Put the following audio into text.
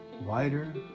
wider